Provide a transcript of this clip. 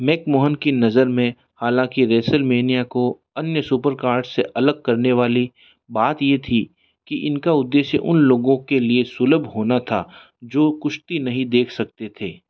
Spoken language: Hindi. मैकमोहन की नज़र में हालाँकि रेसेलमेनिया को अन्य सुपरकार्स से अलग करने वाली बात यह थी कि इनका उद्देश्य उन लोगों के लिए सुलभ होना था जो कुश्ती नहीं देख सकते थे